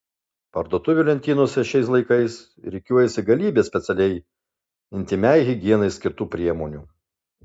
parduotuvių lentynose šiais laikais rikiuojasi galybė specialiai intymiai higienai skirtų priemonių